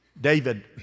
David